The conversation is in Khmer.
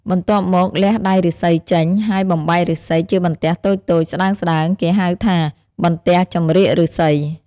បន្ទាប់មក លះដៃឫស្សីចេញ ហើយបំបែកឫស្សីជាបន្ទះតូចៗស្ដើងៗ គេហៅថា បន្ទះចម្រៀកឫស្សី ។